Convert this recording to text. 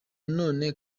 none